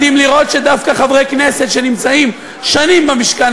מדהים לראות שדווקא חברי כנסת שנמצאים שנים במשכן